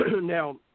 Now